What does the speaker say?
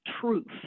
truth